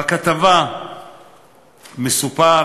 בכתבה מסופר